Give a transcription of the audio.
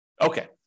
Okay